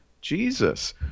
Jesus